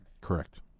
Correct